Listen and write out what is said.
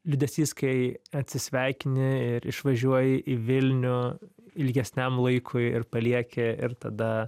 liūdesys kai atsisveikini ir išvažiuoji į vilnių ilgesniam laikui ir palieki ir tada